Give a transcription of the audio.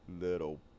Little